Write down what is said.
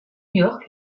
york